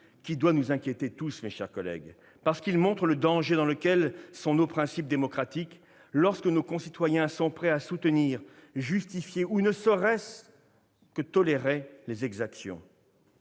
doit tous nous inquiéter, mes chers collègues, parce qu'il montre le danger qui menace nos principes démocratiques lorsque nos concitoyens sont prêts à soutenir, à justifier ou simplement à tolérer les exactions.